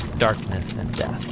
darkness and death.